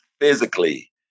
physically